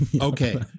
Okay